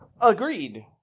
Agreed